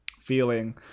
feeling